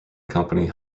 company